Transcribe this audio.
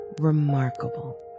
remarkable